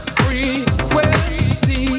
frequency